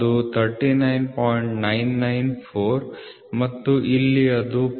994 ಮತ್ತು ಇಲ್ಲಿ ಅದು 0